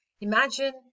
imagine